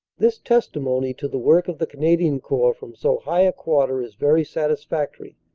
this testimony to the work of the canadian corps from so high a quarter is very satisfactory,